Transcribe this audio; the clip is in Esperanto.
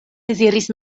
deziris